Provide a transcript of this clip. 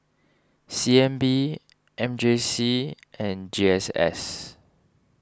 C N B M J C and G S S